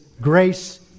grace